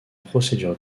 procédure